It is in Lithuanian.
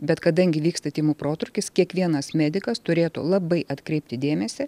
bet kadangi vyksta tymų protrūkis kiekvienas medikas turėtų labai atkreipti dėmesį